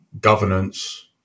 governance